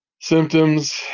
Symptoms